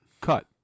Cut